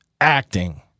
acting